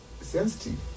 sensitive